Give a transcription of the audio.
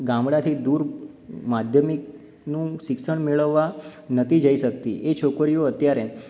ગામડાંથી દૂર માધ્યમિકનું શિક્ષણ મેળવવા નહોતી જઈ શકતી એ છોકરીઓ અત્યારે